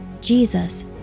Jesus